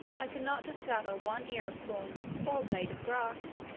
i could not discover one ear of corn or blade of grass.